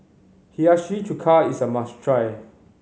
Hiyashi Chuka is a must try